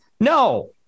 No